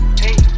hey